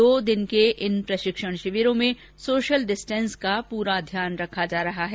दो दिन के इन प्रशिक्षण शिविरों में सोशल डिस्टेंस का पूरा ध्यान रखा जा रहा है